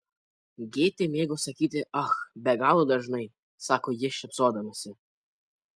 gėtė mėgo sakyti ach be galo dažnai sako ji šypsodamasi